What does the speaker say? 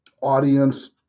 audience